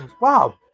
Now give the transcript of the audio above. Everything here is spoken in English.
Wow